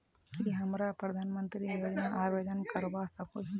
की हमरा प्रधानमंत्री योजना आवेदन करवा सकोही?